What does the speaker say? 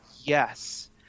yes